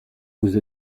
vous